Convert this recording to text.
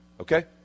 Okay